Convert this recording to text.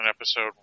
episode